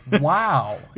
wow